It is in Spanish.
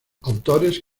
autores